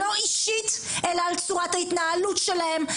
לא אישית אלא על צורת ההתנהלות שלהם,